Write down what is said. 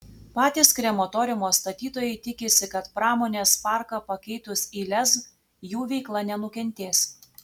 patys krematoriumo statytojai tikisi kad pramonės parką pakeitus į lez jų veikla nenukentės